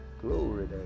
Glory